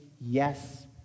yes